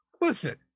listen